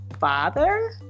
father